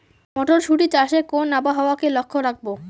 মটরশুটি চাষে কোন আবহাওয়াকে লক্ষ্য রাখবো?